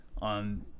on